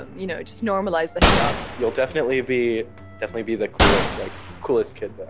you know, just normalize the hijab you'll definitely be definitely be the coolest, like coolest kid, but